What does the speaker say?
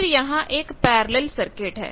फिर यहां एक पैरेलल सर्किट है